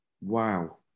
Wow